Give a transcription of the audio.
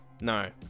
No